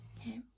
Okay